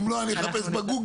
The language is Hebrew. אם לא אני אחפש בגוגל,